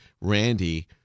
Randy